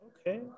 okay